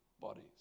bodies